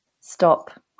Stop